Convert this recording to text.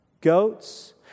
goats